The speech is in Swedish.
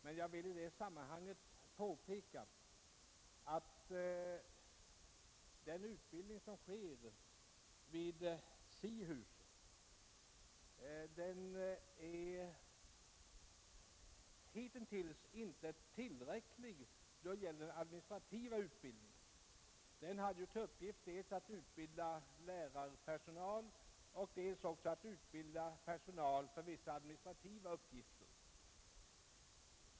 Men jag vill i sammanhanget påpeka att den verksamhet som bedrivs vid SIHUS hittills inte har varit tillräcklig då det gällt den administrativa utbildningen. Den hade ju till uppgift dels att utbilda lärarpersonal, dels att utbilda personal för vissa administrativa uppgifter.